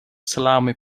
salami